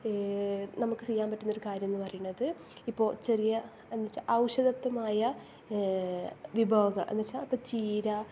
നമുക്ക് ചെയ്യാൻ പറ്റുന്നൊരു കാര്യമെന്നു പറയണത് ഇപ്പോൾ ചെറിയ എന്നു വെച്ചാൽ ഔഷധത്വമായ വിഭവങ്ങൾ എന്നു വെച്ചാൽ ഇപ്പം ചീര